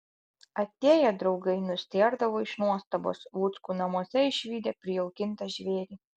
atėję draugai nustėrdavo iš nuostabos luckų namuose išvydę prijaukintą žvėrį